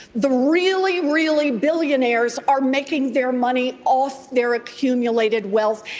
the really, really billionaires are making their money off their accumulated wealth,